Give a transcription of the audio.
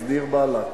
אז דיר באלכ.